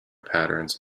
patterns